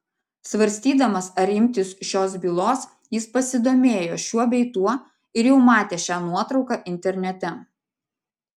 svarstydamas ar imtis šios bylos jis pasidomėjo šiuo bei tuo ir jau matė šią nuotrauką internete